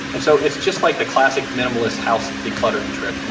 and so it's just like the classic minimalist house decluttering trick.